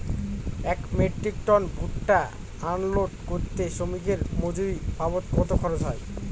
এক metric ton ভুট্টা unload করতে শ্রমিকের মজুরি বাবদ কত খরচ হয়?